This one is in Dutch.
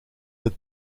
het